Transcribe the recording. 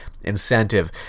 incentive